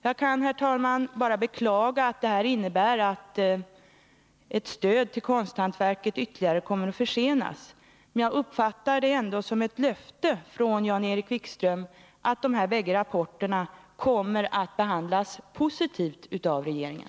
Jag kan, herr talman, bara beklaga att det innebär att ett stöd till konsthantverket ytterligare kommer att försenas, men jag uppfattar det ändå som ett löfte från Jan-Erik Wikström om att dessa båda rapporter kommer att behandlas positivt av regeringen.